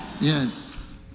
Yes